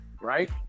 right